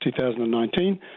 2019